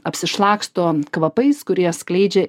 apsišlaksto kvapais kurie skleidžia